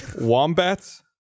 Wombats